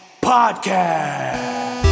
Podcast